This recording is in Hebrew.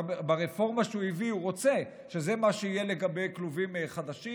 ברפורמה שהוא הביא הוא רוצה שזה מה שיהיה לגבי כלובים חדשים,